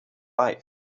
life